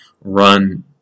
run